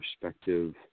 perspective